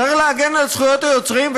צריך להגן על זכויות היוצרים,